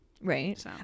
Right